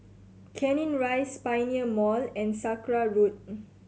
Canning Rise Pioneer Mall and Sakra Road